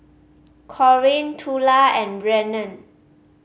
Corinne Tula and Brennen